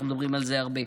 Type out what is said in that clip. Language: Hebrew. אנחנו מדברים על זה הרבה.